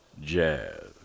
Jazz